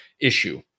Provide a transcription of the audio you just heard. issue